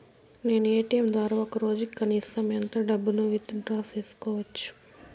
నేను ఎ.టి.ఎం ద్వారా ఒక రోజుకి కనీసం ఎంత డబ్బును విత్ డ్రా సేసుకోవచ్చు?